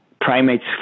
primates